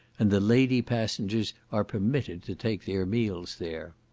and the lady passengers are permitted to take their meals there.